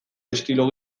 estilo